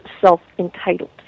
self-entitled